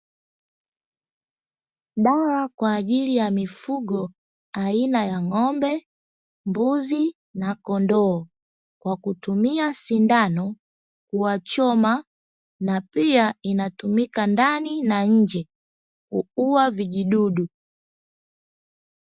Dawa kwa ajili ya mifugo aina ya ng'ombe, mbuzi na kondoo, kwa kutumia sindano huwachoma na pia inatumika ndani na nje kuua vijidudu.